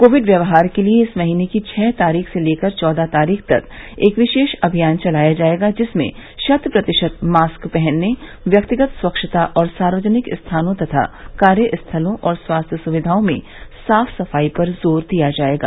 Covid व्यवहार के लिए इस महीने की छह तारीख से लेकर चौदह तारीख तक एक विशेष अमियान चलाया जाएगा जिसमें शत प्रतिशत मास्क पहनने व्यक्तिगत स्वच्छता और सार्वजनिक स्थानों तथा कार्यस्थलों और स्वास्थ्य सुविघाओं में साफ सफाई पर जोर दिया जाएगा